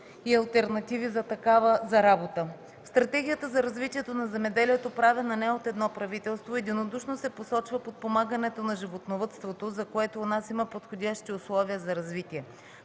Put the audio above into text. и алтернативи за работа. В Стратегията за развитието на земеделието, правена не от едно правителство, единодушно се посочва подпомагането на животновъдството, за което у нас има подходящи условия за развитие.